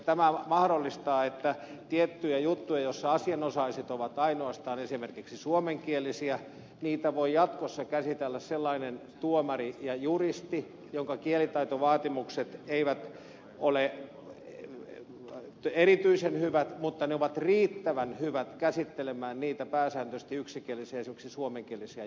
tämä mahdollistaa että tiettyjä juttuja joissa asianosaiset ovat ainoastaan esimerkiksi suomenkielisiä voi jatkossa käsitellä sellainen tuomari ja juristi jonka kielitaitovaatimukset eivät ole erityisen hyvät mutta ovat riittävän hyvät käsittelemään niitä pääsääntöisesti yksikielisiä esimerkiksi suomenkielisiä juttuja